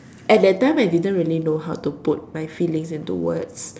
at that time I didn't really know how to put my feelings into words